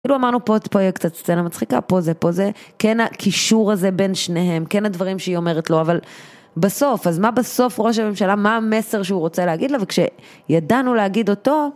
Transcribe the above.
כאילו אמרנו פה יהיה קצת סצנה מצחיקה, פה זה, פה זה, כן הקישור הזה בין שניהם, כן הדברים שהיא אומרת לו, אבל בסוף, אז מה בסוף ראש הממשלה, מה המסר שהוא רוצה להגיד לנו, וכשידענו להגיד אותו...